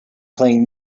playing